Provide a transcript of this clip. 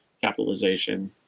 capitalization